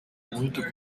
muito